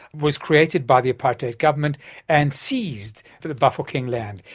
was created by the apartheid government and seized the the bafokeng land.